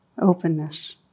Openness